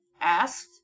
asked